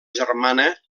germana